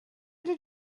did